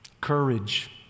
courage